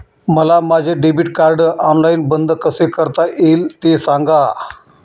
मला माझे debit card online बंद कसे करता येईल, ते सांगा